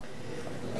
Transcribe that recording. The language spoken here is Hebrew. כפי שאמרתי,